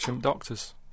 doctors